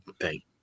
Thank